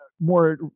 more